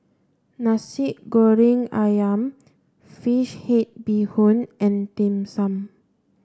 Nasi Goreng Ayam fish head bee hoon and dim sum